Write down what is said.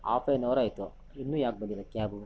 half an hour ಆಯಿತು ಇನ್ನೂ ಯಾಕೆ ಬಂದಿಲ್ಲ ಕ್ಯಾಬು